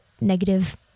negative